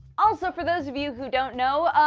also, for those of you who don't know ah,